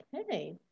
Okay